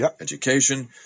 education